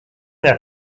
their